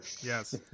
Yes